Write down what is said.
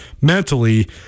mentally